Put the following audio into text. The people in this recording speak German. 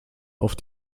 auf